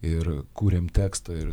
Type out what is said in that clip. ir kūrėm tekstą